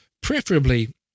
Preferably